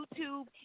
YouTube